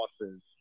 losses